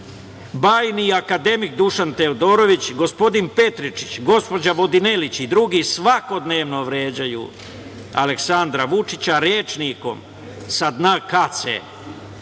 bajni akademik Dušan Teodorović, gospodin Petričić, gospođa Vodinelić i drugi, svakodnevno vređaju Aleksandra Vučića rečnikom, sa dna kace,